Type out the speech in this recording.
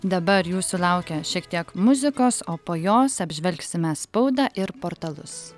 dabar jūsų laukia šiek tiek muzikos o po jos apžvelgsime spaudą ir portalus